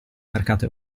mercato